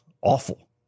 awful